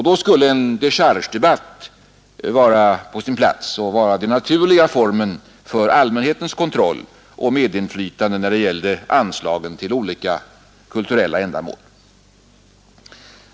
Då skulle en dechargdebatt vara på sin plats och vara den naturliga formen för allmänhetens kontroll och medinflytande när det gäller anslagen till olika kulturella ändamål.